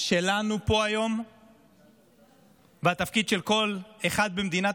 שלנו פה היום והתפקיד של כל אחד במדינת